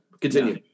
Continue